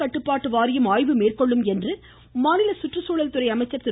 கட்டுப்பாட்டு வாரியம் ஆய்வு மேற்கொள்ளும் என்று சுற்றுச்சூழல்துறை அமைச்சர் திரு